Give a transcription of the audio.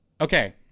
Okay